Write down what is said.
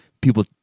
people